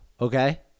okay